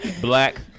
Black